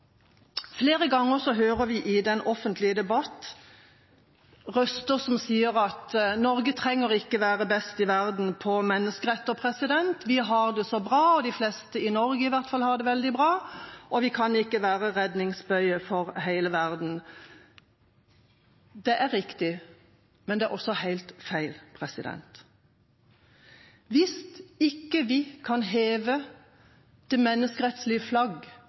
hører vi flere ganger røster som sier at Norge ikke trenger å være best i verden på menneskeretter. Vi har det så bra, i hvert fall har de fleste i Norge det veldig bra, og vi kan ikke være redningsbøye for hele verden. Det er riktig, men også helt feil. Hvis ikke vi kan heve